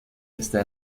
está